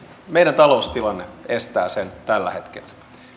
meidän taloustilanne estää sen tällä hetkellä